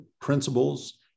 principles